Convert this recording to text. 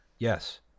Yes